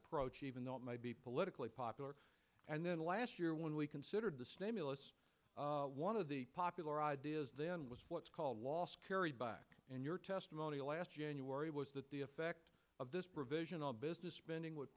approach even though it might be politically popular and then last year when we considered the stimulus one of the popular ideas then was what's called a loss carried by and your testimony last january was that the effect of this provision of business spending would